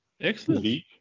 Excellent